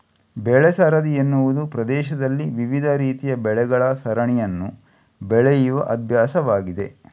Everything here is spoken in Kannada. ಬೆಳೆ ಸರದಿ ಎನ್ನುವುದು ಪ್ರದೇಶದಲ್ಲಿ ವಿವಿಧ ರೀತಿಯ ಬೆಳೆಗಳ ಸರಣಿಯನ್ನು ಬೆಳೆಯುವ ಅಭ್ಯಾಸವಾಗಿದೆ